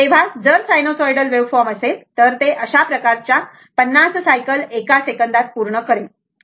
तेव्हा जर sinusoidal waveform असेल तर ते अशा प्रकारच्या सायकल 50 सायकल 1 सेकंदात पूर्ण करेल बरोबर